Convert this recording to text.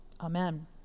Amen